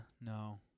no